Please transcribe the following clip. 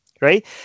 Right